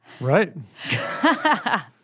Right